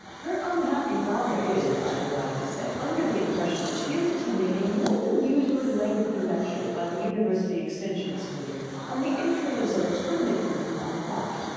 her unhappy father is, i am glad to say, under the impression that she is attending a more than usually lengthy lecture by the university extension scheme on the influence of a permanent income on thought.